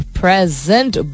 present